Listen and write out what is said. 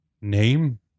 Name